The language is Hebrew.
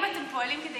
האם אתם פועלים כדי,